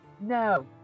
No